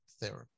therapy